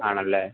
ആണല്ലേ